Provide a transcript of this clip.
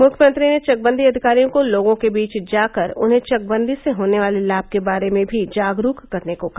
मुख्यमंत्री ने चकबंदी अधिकारियों को लोगों के बीच जाकर उन्हें चकबंदी से होने वाले लाभ के बारे में भी जागरुक करने को कहा